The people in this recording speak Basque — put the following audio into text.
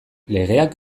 legeak